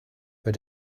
but